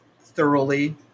thoroughly